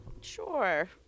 Sure